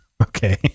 Okay